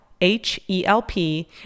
H-E-L-P